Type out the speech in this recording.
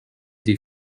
dei